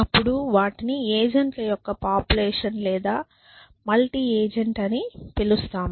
అప్పుడు వాటిని ఏజెంట్ల యొక్క పాపులేషన్ లేదా మల్టీ ఏజెంట్ అని పిలుస్తాము